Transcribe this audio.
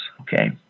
okay